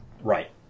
Right